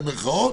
במירכאות,